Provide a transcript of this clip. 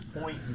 point